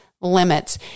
limits